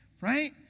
right